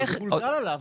זה מגולגל עליו.